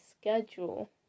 schedule